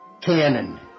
canon